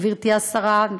גברתי השרה,